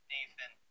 Nathan